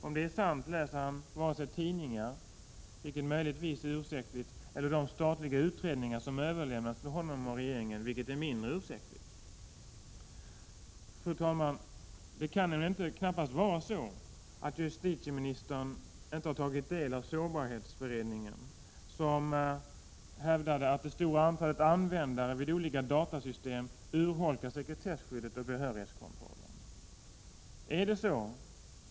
Om detta är sant läser justitieministern varken tidningarna, vilket möjligen kan vara ursäktligt, eller de statliga utredningar som överlämnas till honom och regeringen, vilket är mindre ursäktligt. Fru talman! Det kan knappast vara så att justitieministern inte har tagit del av sårbarhetsberedningens rapport, där beredningen hävdade att det stora antalet användare vid de olika datasystemen urholkar sekretesskyddet och behörighetskontrollen.